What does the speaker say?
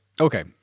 Okay